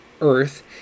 earth